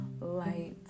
light